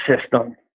system